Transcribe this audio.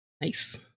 nice